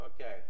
Okay